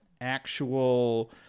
actual